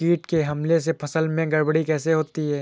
कीट के हमले से फसल में गड़बड़ी कैसे होती है?